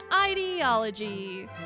ideology